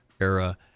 era